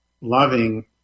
loving